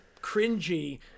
cringy